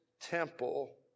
temple